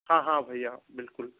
हाँ हाँ भैया बिल्कुल